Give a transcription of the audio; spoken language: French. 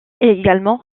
également